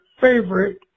favorite